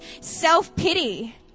self-pity